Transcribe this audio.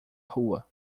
rua